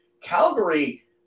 Calgary